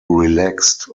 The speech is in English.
relaxed